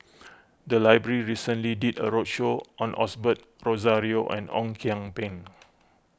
the library recently did a roadshow on Osbert Rozario and Ong Kian Peng